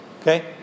Okay